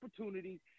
opportunities